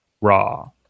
raw